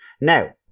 Now